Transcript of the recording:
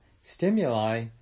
stimuli